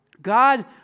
God